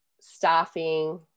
staffing